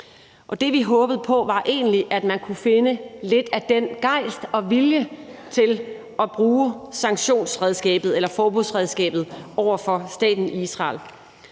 havde håbet på, var egentlig, at man kunne finde lidt af den gejst og vilje til at bruge sanktionsredskabet eller forbudsredskabet over for staten Israel.